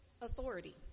authority